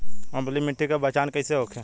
अम्लीय मिट्टी के पहचान कइसे होखे?